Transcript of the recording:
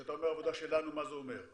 כשאתה אומר 'העבודה שלנו' מה זה אומר?